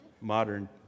modern